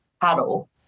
paddle